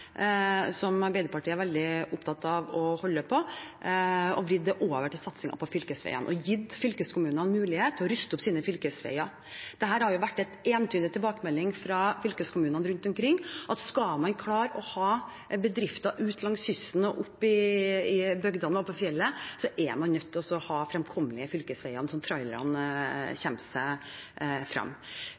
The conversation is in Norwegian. som Arbeiderpartiet er veldig opptatt av å holde på, og vridd det over til satsing på fylkesveiene og gitt fylkeskommunene mulighet til å ruste opp sine fylkesveier. Det har vært en entydig tilbakemelding fra fylkeskommunene rundt omkring at skal man klare å ha bedrifter ute langs kysten, oppe i bygdene og på fjellet, er man nødt til å ha fremkommelige fylkesveier, så trailerne kommer seg